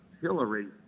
Hillary